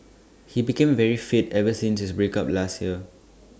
he became very fit ever since his break up last year